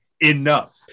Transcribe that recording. Enough